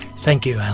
thank you, alan.